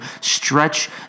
stretch